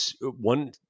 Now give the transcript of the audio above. one